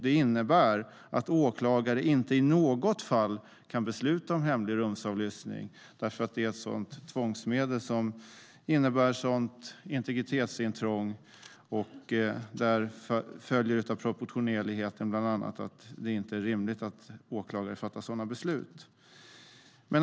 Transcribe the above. Det innebär att åklagare inte i något fall kan besluta om hemlig rumsavlyssning. Det är ett tvångsmedel som innebär ett integritetsintrång, och där följer av proportionaliteten bland annat att det inte är rimligt att åklagare fattar sådana beslut.